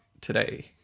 today